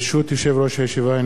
ברשות יושב-ראש הישיבה,